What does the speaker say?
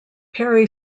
perry